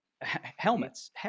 helmets